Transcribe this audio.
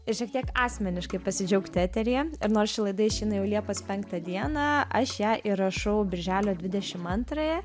ir šiek tiek asmeniškai pasidžiaugti eteryje ir nors ši laida išeina jau liepos penktą dieną aš ją įrašau birželio dvidešim antrąją